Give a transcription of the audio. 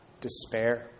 despair